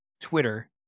Twitter